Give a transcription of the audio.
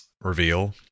reveal